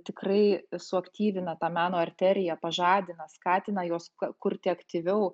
tikrai suaktyvina tą meno arteriją pažadina skatina juos kurti aktyviau